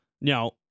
Now